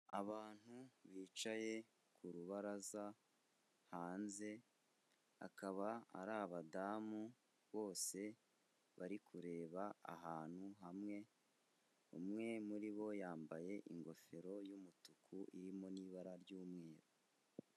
Abantu bicaye ku rubaraza hanze, akaba ari abadamu, bose bari kureba ahantu hamwe, umwe muri bo yambaye ingofero y'umutuku, irimo n'ibara ry'umweru.